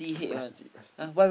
rusty rusty